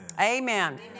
Amen